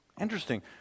Interesting